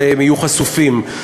שלהם יהיו חשופים לכך,